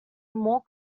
more